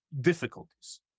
difficulties